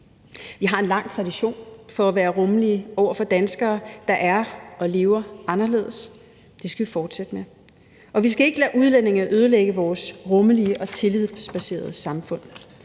Vi har en lang tradition for at være rummelige over for danskere, der er og lever anderledes. Det skal vi fortsætte med. Og vi skal ikke lade udlændinge ødelægge vores rummelige og tillidsbaserede samfund,